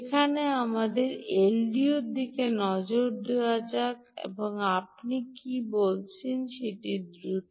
এখনই আমাদের এলডিওর দিকে নজর দেওয়া যাক আপনি কী বলছেন দ্রুত